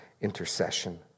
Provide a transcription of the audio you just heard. intercession